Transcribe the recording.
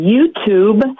YouTube